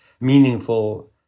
meaningful